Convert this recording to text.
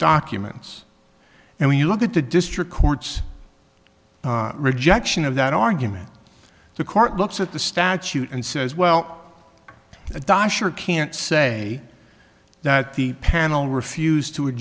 documents and when you look at the district court's rejection of that argument the court looks at the statute and says well the da sure can't say that the panel refused to